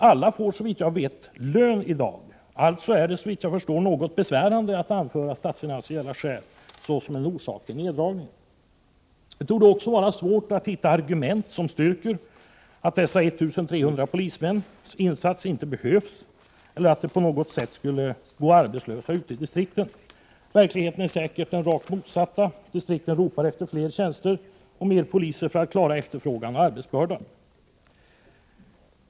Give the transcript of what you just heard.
Alla får såvitt jag vet lön i dag, och det är därför något besvärande att anföra statsfinansiella skäl som en orsak till neddragningen. Det torde också vara svårt att hitta argument som styrker att dessa 1 300 polismäns insats inte behövs eller att de på något sätt skulle gå arbetslösa ute i distrikten. Verkligheten är säkert den rakt motsatta, dvs. att distrikten ropar efter fler tjänster och fler poliser för att klara efterfrågan och arbetsbördan.